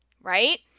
right